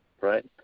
Right